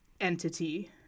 entity